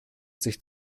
sich